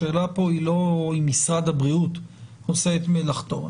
השאלה כאן היא לא אם משרד הבריאות עושה את מלאכתו.